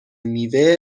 میوه